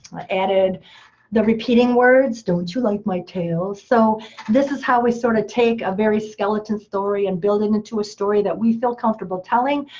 added the repeating words, don't you like my tail? so this is how we sort of take a very skeleton story, and build it into a story that we feel comfortable telling,